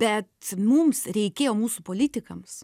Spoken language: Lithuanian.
bet mums reikėjo mūsų politikams